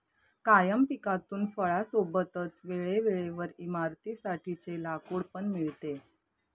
कायम पिकातून फळां सोबतच वेळे वेळेवर इमारतीं साठी चे लाकूड पण मिळते